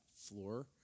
floor